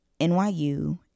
NYU